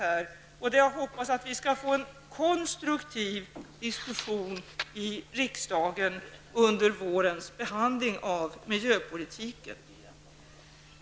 Jag hoppas också att vi skall få en konstruktiv diskussion i riksdagen under vårens behandling av miljöpolitiken.